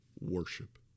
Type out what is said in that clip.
worship